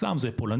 אצלם זה פולנים,